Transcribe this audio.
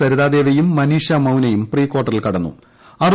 സരിതാ ദേവിയും മനീഷ മൌനയും പ്രീക്ഷാർട്ടറിൽ കടന്നു